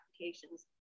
applications